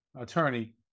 attorney